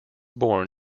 born